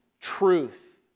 truth